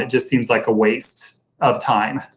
ah just seems like a waste of time.